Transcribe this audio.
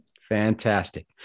fantastic